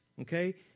okay